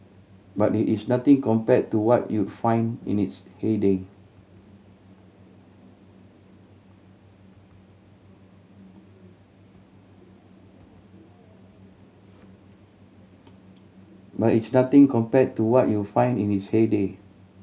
but it is nothing compare to what you find in its heyday but it's nothing compare to what you find in its heyday